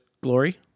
glory